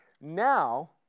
Now